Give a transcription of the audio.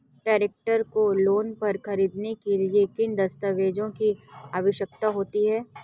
Tractor को loan पर खरीदने के लिए किन दस्तावेज़ों की आवश्यकता होती है?